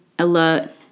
alert